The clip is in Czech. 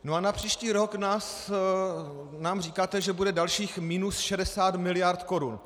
No a na příští rok nám říkáte, že bude dalších minus 60 mld. korun.